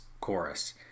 chorus